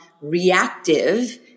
reactive